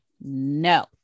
No